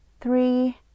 three